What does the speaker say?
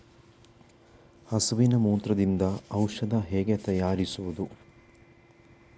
ಹಸುವಿನ ಮೂತ್ರದಿಂದ ಔಷಧ ಹೇಗೆ ತಯಾರಿಸುವುದು?